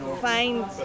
find